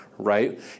Right